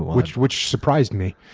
which which surprised me.